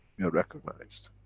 we are recognized.